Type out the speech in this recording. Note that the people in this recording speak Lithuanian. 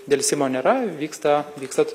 delsimo nėra vyksta vyksta